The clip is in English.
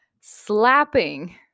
slapping